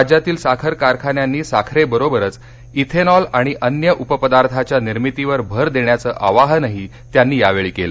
राज्यातील साखर कारखान्यांनी साखरेबरोबरच इथेनॉल आणि अन्य उप पदार्थांच्या निर्मितीवर भर देण्याचं आवाहनही त्यांनी यावेळी केलं